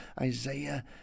Isaiah